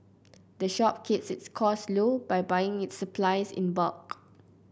the shop keeps its costs low by buying its supplies in bulk